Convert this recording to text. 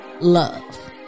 love